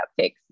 cupcakes